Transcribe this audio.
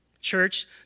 Church